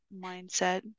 mindset